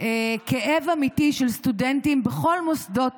וכאב אמיתי של סטודנטים בכל מוסדות